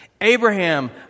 Abraham